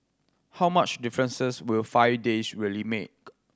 how much difference will five days really make